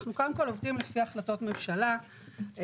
אנחנו קודם כל עובדים לפי החלטות ממשלה ואנחנו